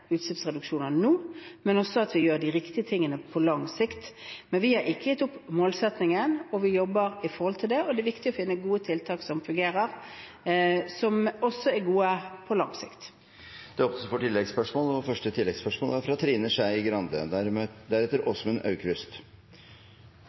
utslippsreduksjoner nå, men også at vi gjør de riktige tingene på lang sikt. Men vi har ikke gitt opp målsettingen, og vi jobber i forhold til den, og det er viktig å finne gode tiltak som fungerer, som også er gode på lang sikt. Det åpnes for oppfølgingsspørsmål – først Trine Skei Grande. Det er